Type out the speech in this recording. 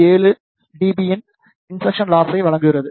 7 dB இன் insertion லாஸை வழங்குகிறது